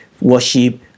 worship